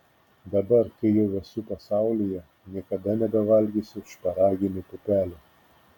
dabar kai jau esu pasaulyje niekada nebevalgysiu šparaginių pupelių